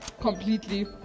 completely